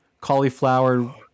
cauliflower